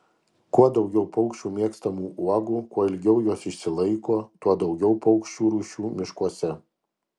kuo daugiau paukščių mėgstamų uogų kuo ilgiau jos išsilaiko tuo daugiau paukščių rūšių miškuose